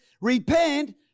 repent